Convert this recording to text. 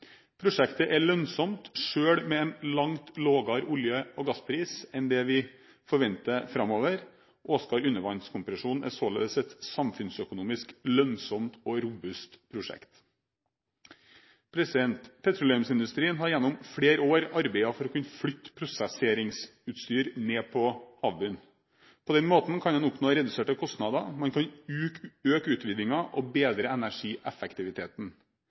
Prosjektet er lønnsomt selv med en langt lavere olje- og gasspris enn det vi forventer framover. Åsgard undervannskompresjon er således et samfunnsøkonomisk lønnsomt og robust prosjekt. Petroleumsindustrien har gjennom flere år arbeidet for å kunne flytte prosesseringsutstyr ned på havbunnen. På den måten kan en oppnå reduserte kostnader, man kan øke utvinningen og bedre energieffektiviteten.